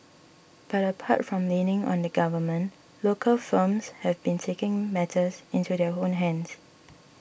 but apart from leaning on the government local firms have been taking matters into their own hands